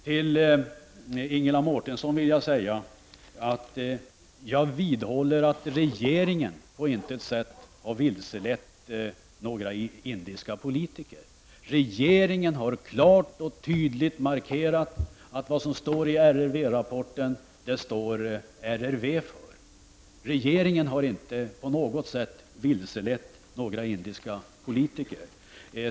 Till Ingela Mårtensson vill jag säga att jag vidhåller att regeringen på intet sätt har vilselett indiska politiker. Regeringen har klart och tydligt markerat att det är RRV som står för innehållet i RRV-rapporten.